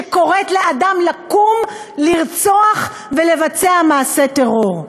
שקוראת לאדם לקום, לרצוח ולבצע מעשה טרור.